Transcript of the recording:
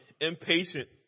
impatient